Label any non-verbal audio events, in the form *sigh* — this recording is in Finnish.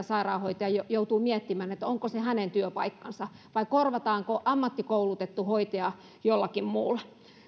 *unintelligible* sairaanhoitaja joutuu miettimään onko se hänen työpaikkansa vai korvataanko ammattikoulutettu hoitaja jollakin muulla